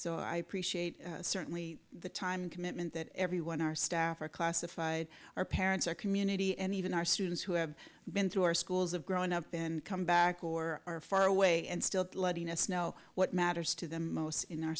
so i appreciate certainly the time commitment that everyone our staff are classified our parents our community and even our students who have been through our schools have grown up and come back or are far away and still bloodiness know what matters to them most in our